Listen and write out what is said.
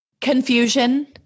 confusion